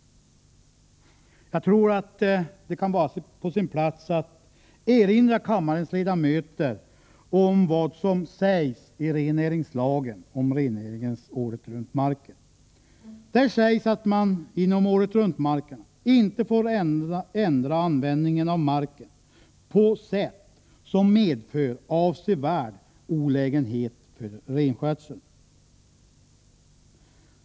Jag tror att det kan vara på sin plats att erinra kammarens ledamöter om vad som sägs i rennäringslagen om rennäringens åretruntmarker. Där sägs att man inom åretruntmarkerna inte får ändra användningen av marken på sätt som medför avsevärd olägenhet för renskötseln.